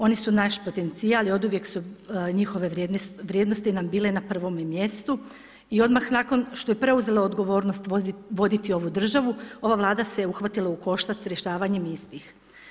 Oni su naš potencijal i oduvijek su njihove vrijednosti nam bile na prvome mjestu i odmah nakon što je preuzela odgovornost voditi ovu državu, ova Vlada se uhvatila u koštac s rješavanjem istih.